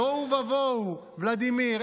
תוהו ובוהו, ולדימיר.